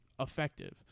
effective